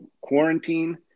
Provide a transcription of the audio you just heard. quarantine